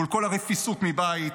מול כל הרפיסות מבית.